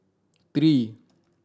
three